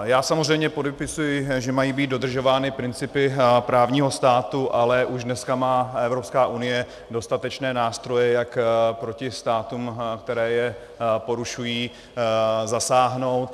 Já samozřejmě podepisuji, že mají být dodržovány principy právního státu, ale už dneska má Evropská unie dostatečné nástroje, jak proti státům, které je porušují zasáhnout.